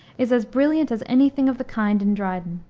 is as brilliant as any thing of the kind in dryden.